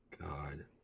God